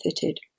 fitted